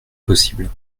possible